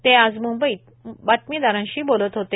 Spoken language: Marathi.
ते मुंबईत बातमीदारांशी बोलत होते